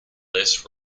less